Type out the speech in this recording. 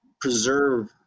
preserve